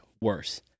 worse